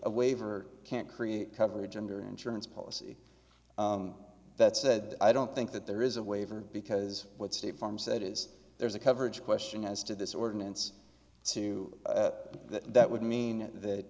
a waiver can't create coverage under insurance policy that said i don't think that there is a waiver because what state farm said is there's a coverage question as to this ordinance to that that would mean that